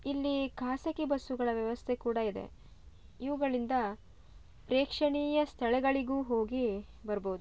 ಇಲ್ಲಿ ಖಾಸಗಿ ಬಸ್ಸುಗಳ ವ್ಯವಸ್ಥೆ ಕೂಡ ಇದೆ ಇವುಗಳಿಂದ ಪ್ರೇಕ್ಷಣೀಯ ಸ್ಥಳಗಳಿಗೂ ಹೋಗಿ ಬರ್ಬೋದು